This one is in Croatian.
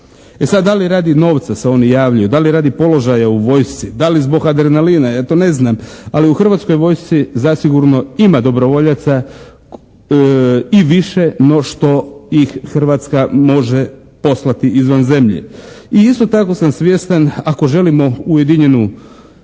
E sada da li radi novca se oni javljaju, da li radi položaja u vojsci, da li zbog adrenalina ja to ne znam, ali u Hrvatskoj vojsci zasigurno ima dobrovoljaca i više no što ih Hrvatska može poslati izvan zemlje. I isto tako sam svjestan ako želimo ujedinjenu